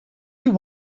you